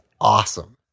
awesome